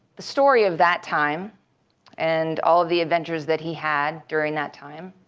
the story of that time and all of the adventures that he had during that time